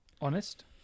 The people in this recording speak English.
Honest